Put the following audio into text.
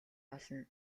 болно